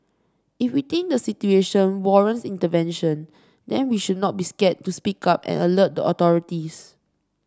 if we think the situation warrants intervention then we should not be scared to speak up and alert the authorities